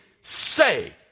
say